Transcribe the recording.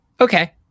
Okay